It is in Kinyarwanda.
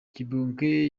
kibonke